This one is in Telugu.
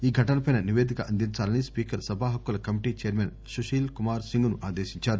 ఈ ఘటనపై నివేదిక అందించాలని స్పీకర్ సభా హక్కుల కమిటీ చైర్మన్ సుశీల్ కుమార్ సింగ్ ను ఆదేశించారు